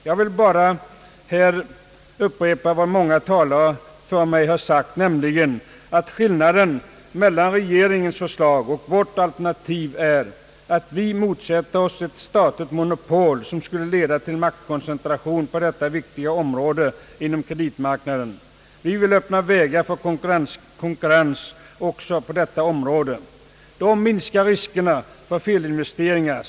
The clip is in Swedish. Jag vill bara upprepa vad dessa talare har sagt, nämligen att skillnaden mellan regeringens förslag och vårt alternativ är att vi motsätter oss ett statligt monopol som skulle leda till maktkoncentration på detta viktigare område inom kreditmarknaden. Vi vill öppna vägar för konkurrens också på detta område. Då minskar riskerna för felinvesteringar.